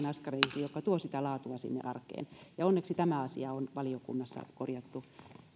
askareisiin jotka tuovat sitä laatua sinne arkeen onneksi tämä asia on valiokunnassa korjattu